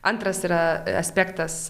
antras yra aspektas